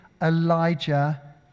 Elijah